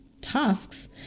tasks